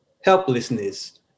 helplessness